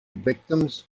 victims